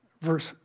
Verse